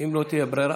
אם לא תהיה ברירה,